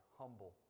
humble